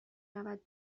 رود